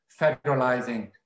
federalizing